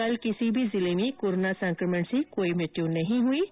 कल किसी भी जिले में कोरोना संक्रमण से कोई मृत्यु नहीं हुई है